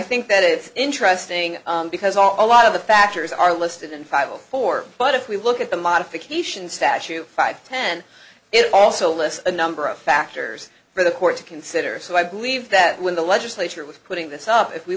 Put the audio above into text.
i think that it's interesting because our a lot of the factors are listed in five or four but if we look at the modification statute five ten it also lists a number of factors for the court to consider so i believe that when the legislature was putting this up if we